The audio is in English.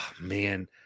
man